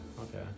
okay